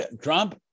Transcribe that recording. Trump